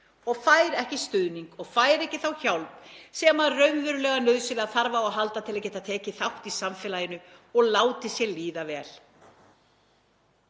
og fær ekki stuðning og fær ekki þá hjálp sem það þarf nauðsynlega á að halda til að geta tekið þátt í samfélaginu og látið sér líða vel.